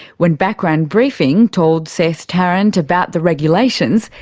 when background briefing told seth tarrant about the regulations,